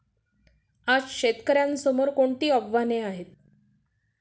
आज शेतकऱ्यांसमोर कोणती आव्हाने आहेत?